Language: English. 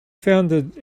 founded